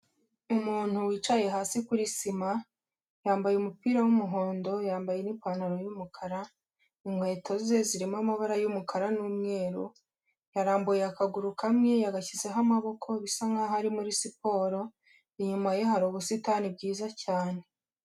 Umuntu wicaye hasi kuri sima, yambaye umupira w'umuhondo, yambaye n'ipantaro y'umukara, inkweto ze zirimo amabara y'umukara n'umweru, yarambuye akaguru kamwe yagashyizeho amaboko bisa nkaho ari muri siporo, inyuma ye hari ubusitani bwiza cyane.